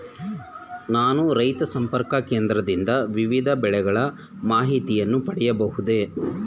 ನಾನು ರೈತ ಸಂಪರ್ಕ ಕೇಂದ್ರದಿಂದ ವಿವಿಧ ಬೆಳೆಗಳ ಮಾಹಿತಿಯನ್ನು ಪಡೆಯಬಹುದೇ?